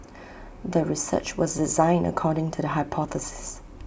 the research was designed according to the hypothesis